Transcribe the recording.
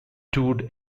toured